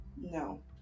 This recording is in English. no